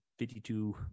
52